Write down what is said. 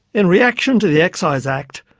in reaction to the excise act,